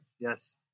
Yes